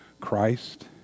Christ